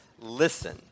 listen